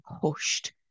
pushed